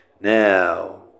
Now